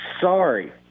sorry